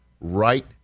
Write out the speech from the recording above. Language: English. right